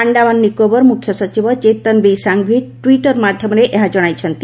ଆଶ୍ଡାମାନ ନିକୋବର ମୁଖ୍ୟସଚିବ Chetan B Sanghi Twitter ମାଧ୍ୟମରେ ଏହା ଜଣାଇଛନ୍ତି